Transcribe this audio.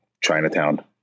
Chinatown